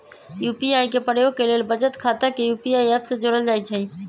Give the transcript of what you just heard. UPI के प्रयोग के लेल बचत खता के यू.पी.आई ऐप से जोड़ल जाइ छइ